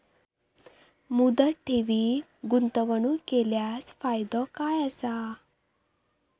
मुदत ठेवीत गुंतवणूक केल्यास फायदो काय आसा?